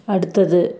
அடுத்தது